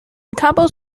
combos